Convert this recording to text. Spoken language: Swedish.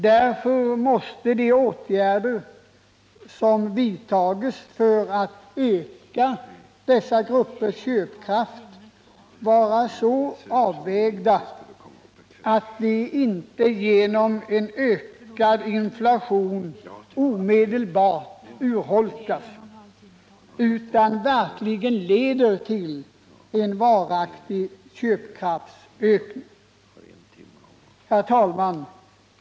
Därför måste de åtgärder som vidtas för att öka dessa gruppers köpkraft vara så avvägda att de inte genom en ökad inflation omedelbart urholkas utan verkligen leder till en varaktig köpkraftsökning. Herr talman!